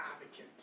advocate